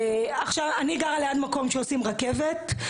אני גרה ליד מקום שעושים רכבת,